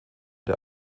der